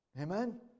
Amen